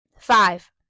Five